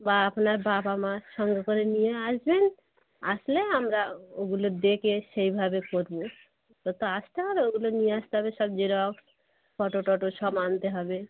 বা আপনার বাবা মা সঙ্গে করে নিয়ে আসবেন আসলে আমরা ওগুলো দেখে সেইভাবে খোঁজ নিই তো তো আসতে হবে ওগুলো নিয়ে আসতে হবে সব জেরক্স ফটো টটো সব আনতে হবে